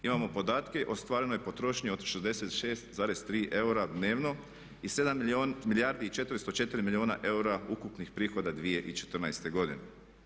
Imamo podatke o ostvarenoj potrošnji od 66,3 eura dnevno i 7 milijardi i 404 milijuna eura ukupnih prihoda 2014. godine.